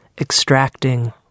extracting